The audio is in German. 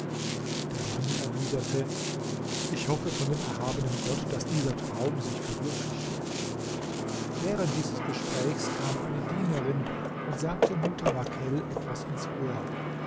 der mann erwiderte ich hoffe von dem erhabenen gott daß dieser traum sich verwirkliche während dieses gesprächs kam eine dienerin und sagte mutawakkel etwas ins ohr